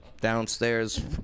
downstairs